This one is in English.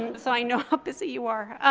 so i know how busy you are.